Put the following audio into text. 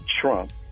Trump